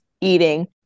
eating